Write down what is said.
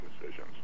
decisions